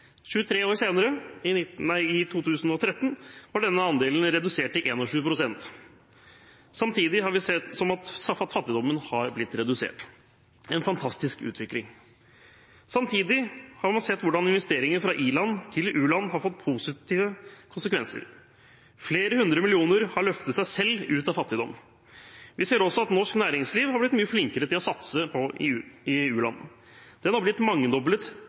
23 år senere, i 2013, var denne andelen redusert til 21 pst., samtidig som fattigdommen har blitt redusert – en fantastisk utvikling. Samtidig har man sett hvordan investeringer fra i-land til u-land har fått positive konsekvenser. Flere hundre millioner har løftet seg selv ut av fattigdom. Vi ser også at norsk næringsliv har blitt mye flinkere til å satse i u-land, og denne satsingen har blitt mangedoblet